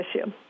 issue